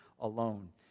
alone